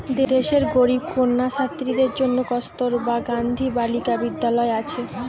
দেশের গরিব কন্যা ছাত্রীদের জন্যে কস্তুরবা গান্ধী বালিকা বিদ্যালয় আছে